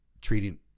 treating